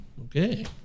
okay